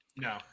No